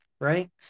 right